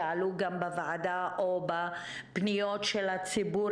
שעלו גם בוועדה או בפניות של הציבור